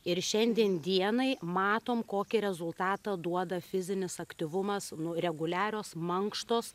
ir šiandien dienai matom kokį rezultatą duoda fizinis aktyvumas reguliarios mankštos